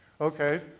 Okay